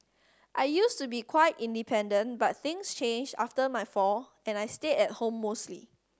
I used to be quite independent but things changed after my fall and I stayed at home mostly